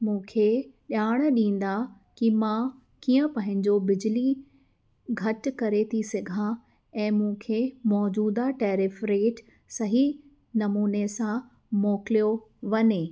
मूंखे ॼाण ॾींदा की मां कीअं पंहिंजो बिजली घटि करे थी सघां ऐं मूंखे मौजूदा टैरिफ रेट सही नमूने सां मोकिलियो वञे